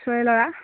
ওচৰৰে ল'ৰা